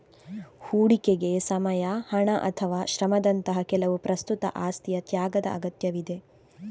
ಹೂಡಿಕೆಗೆ ಸಮಯ, ಹಣ ಅಥವಾ ಶ್ರಮದಂತಹ ಕೆಲವು ಪ್ರಸ್ತುತ ಆಸ್ತಿಯ ತ್ಯಾಗದ ಅಗತ್ಯವಿದೆ